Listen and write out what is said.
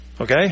Okay